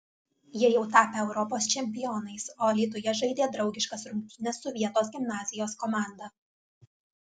jie jau tapę europos čempionais o alytuje žaidė draugiškas rungtynes su vietos gimnazijos komanda